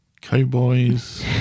cowboys